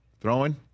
Throwing